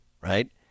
right